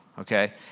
okay